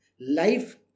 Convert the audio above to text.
Life